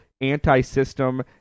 anti-system